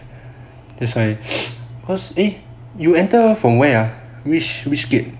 that's why cause eh u enter from where ah which which gate